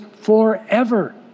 forever